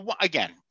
again